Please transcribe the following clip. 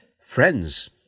friends